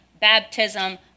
baptism